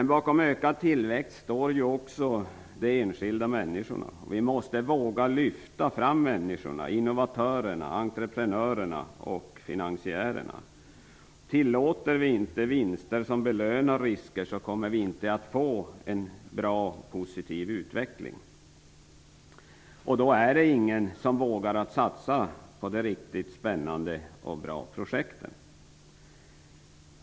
Bakom ökad tillväxt står ju också de enskilda människorna. Vi måste våga lyfta fram människorna, innovatörerna, entreprenörerna och finansiärerna. Tillåter vi inte vinster som belönar risker, kommer vi inte att få en bra och positiv utveckling. Då är det ingen som vågar satsa på de riktigt spännande och bra projekten.